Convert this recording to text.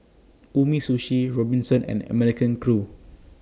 Umisushi Robinsons and American Crew